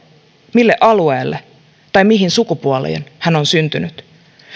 mille alueelle tai mihin sukupuoleen hän on syntynyt